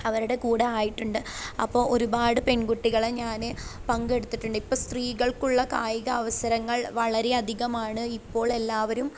അവരുടെ കൂടെ ആയിട്ടുണ്ട് അപ്പോൾ ഒരുപാട് പെൺകുട്ടികളെ ഞാൻ പങ്കെടുത്തിട്ടുണ്ട് ഇപ്പം സ്ത്രീകൾക്കുള്ള കായിക അവസരങ്ങൾ വളരെയധികമാണ് ഇപ്പോൾ എല്ലാവരും